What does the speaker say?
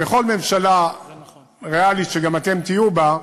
בכל ממשלה ריאלית, שגם אתם תהיו בה,